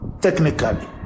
technically